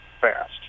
fast